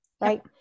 right